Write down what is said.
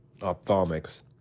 ophthalmics